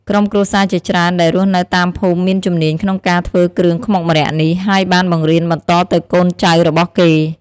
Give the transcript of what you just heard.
ក្រុមគ្រួសារជាច្រើនដែលរស់នៅតាមភូមិមានជំនាញក្នុងការធ្វើគ្រឿងខ្មុកម្រ័ក្សណ៍នេះ ហើយបានបង្រៀនបន្តទៅកូនចៅរបស់គេ។